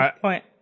point